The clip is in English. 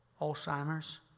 Alzheimer's